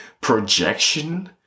projection